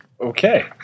Okay